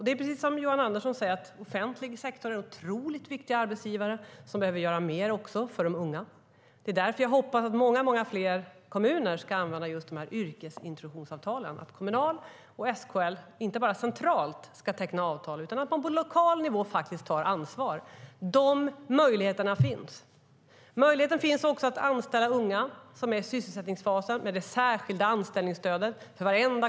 Det är precis som Johan Andersson säger: Offentlig sektor är otroligt viktig som arbetsgivare och behöver också gör mer för de unga. Det är därför jag hoppas att många fler kommuner ska använda yrkesintroduktionsavtalen, att Kommunal och SKL inte bara centralt ska teckna avtal, utan att man på lokal nivå ska ta ansvar. De möjligheterna finns! Möjligheten finns också för varenda kommun att anställa unga som är i sysselsättningsfasen med det särskilda anställningsstödet.